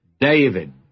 David